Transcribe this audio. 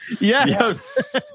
Yes